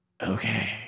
okay